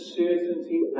certainty